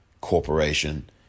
corporation